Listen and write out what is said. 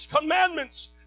commandments